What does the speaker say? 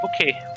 okay